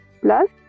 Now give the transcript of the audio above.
plus